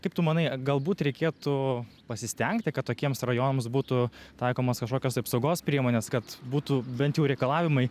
kaip tu manai galbūt reikėtų pasistengti kad tokiems rajonams būtų taikomos kažkokios apsaugos priemonės kad būtų bent jau reikalavimai